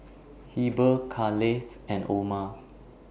Heber Kaleigh and Orma